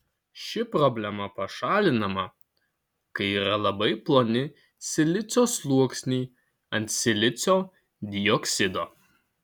ši problema pašalinama kai yra labai ploni silicio sluoksniai ant silicio dioksido